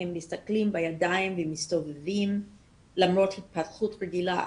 הם מסתכלים בידיים ומסתובבים למרות התפתחות רגילה.